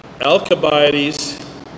Alcibiades